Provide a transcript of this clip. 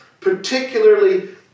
particularly